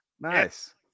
Nice